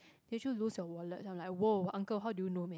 did you lose your wallet then I'm like !woah! uncle how do you know man